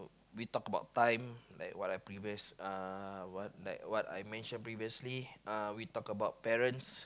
we talked about time like what I previous uh what like what I mentioned previously uh we talk about parents